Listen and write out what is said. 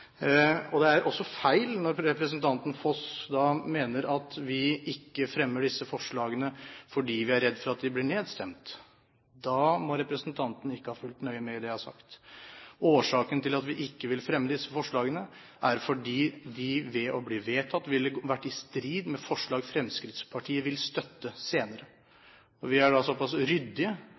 Det er også feil når representanten Foss mener at vi ikke fremmer disse forslagene fordi vi er redd for at de blir nedstemt. Da kan ikke representanten ha fulgt nøye med i det jeg har sagt. Årsaken til at vi ikke vil fremme disse forslagene, er at de ved å bli vedtatt ville være i strid med forslag Fremskrittspartiet vil støtte senere. Og vi er såpass ryddige